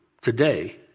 today